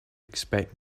expect